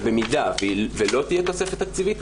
ובמידה ולא תהיה תוספת תקציבית,